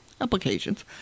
applications